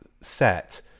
set